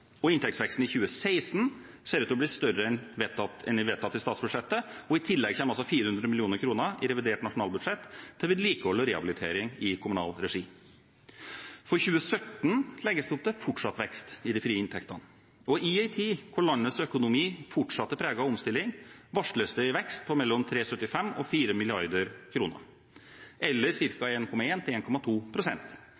Inntektsveksten i 2016 ser ut til å bli større enn vedtatt i statsbudsjettet, og i tillegg kommer altså 400 mill. kr i revidert nasjonalbudsjett til vedlikehold og rehabilitering i kommunal regi. For 2017 legges det opp til fortsatt vekst i de frie inntektene. I en tid der landets økonomi fortsatt er preget av omstilling, varsles det en vekst på mellom 3,75 og 4 mrd. kr, eller